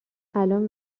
الان